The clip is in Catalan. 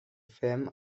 fem